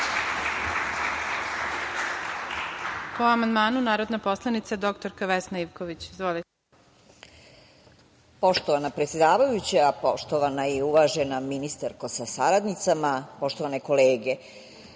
Poštovana predsedavajuća, poštovana i uvažena ministarko sa saradnicama, poštovane kolege,